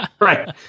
Right